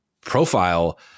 profile